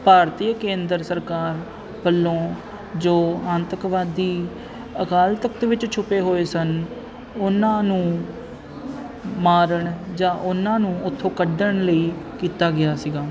ਭਾਰਤੀਏ ਕੇਂਦਰ ਸਰਕਾਰ ਵੱਲੋਂ ਜੋ ਆਤੰਕਵਾਦੀ ਅਕਾਲ ਤਖ਼ਤ ਵਿੱਚ ਛੁਪੇ ਹੋਏ ਸਨ ਉਹਨਾਂ ਨੂੰ ਮਾਰਨ ਜਾਂ ਉਹਨਾਂ ਨੂੰ ਉੱਥੋਂ ਕੱਢਣ ਲਈ ਕੀਤਾ ਗਿਆ ਸੀਗਾ